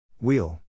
Wheel